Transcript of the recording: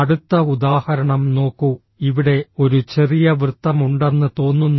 അടുത്ത ഉദാഹരണം നോക്കൂ ഇവിടെ ഒരു ചെറിയ വൃത്തം ഉണ്ടെന്ന് തോന്നുന്നു